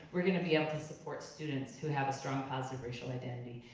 we're gonna be able to support students who have a strong positive racial identity.